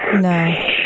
No